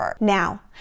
Now